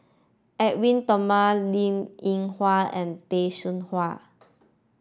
Edwin Thumboo Linn In Hua and Tay Seow Huah